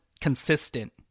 consistent